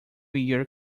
year